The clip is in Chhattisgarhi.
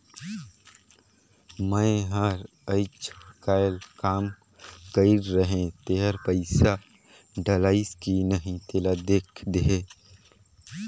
मै हर अईचकायल काम कइर रहें तेकर पइसा डलाईस कि नहीं तेला देख देहे?